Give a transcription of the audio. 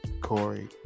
Corey